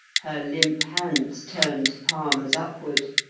her limp hands turned palms upward,